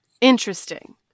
Interesting